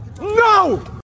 No